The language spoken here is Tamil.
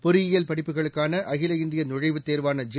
பொறியியல் படிப்புகளுக்கான அகில இந்திய நுழைவுத் தேர்வான ஜே